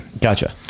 Gotcha